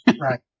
Right